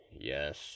Yes